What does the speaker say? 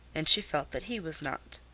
and she felt that he was not.